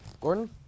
Gordon